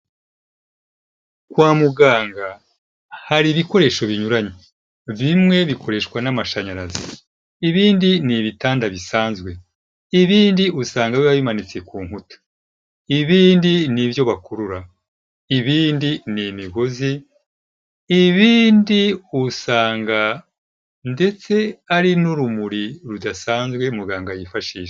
Kwa muganga hari ibikoresho binyuranye, bimwe bikoreshwa n'amashanyarazi, ibindi ni ibitanda bisanzwe, ibindi usanga biba bimanitse ku nkuta, ibindi n'ibyo bakurura, ibindi ni imigozi, ibindi usanga ndetse ari n'urumuri rudasanzwe muganga yifashisha.